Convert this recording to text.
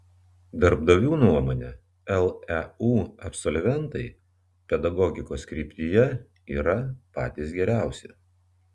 darbdavių nuomone leu absolventai pedagogikos kryptyje yra patys geriausi